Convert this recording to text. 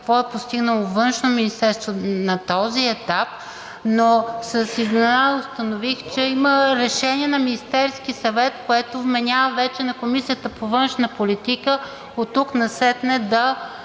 какво е постигнало Външно министерство на този етап, но с изненада установих, че има решение на Министерския съвет, което вменява вече на Комисията по външна политика оттук насетне,